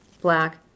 black